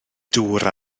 dŵr